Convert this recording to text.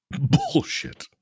Bullshit